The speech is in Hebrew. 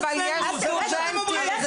--- אצלנו, זה מה שאתם אומרים.